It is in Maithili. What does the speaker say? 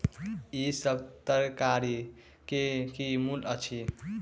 ई सभ तरकारी के की मूल्य अछि?